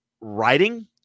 writing